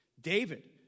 David